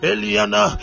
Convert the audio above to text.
Eliana